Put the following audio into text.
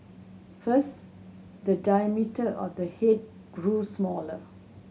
first the diameter of the head grew smaller